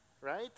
Right